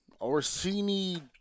Orsini